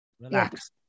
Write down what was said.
Relax